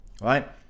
right